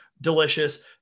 Delicious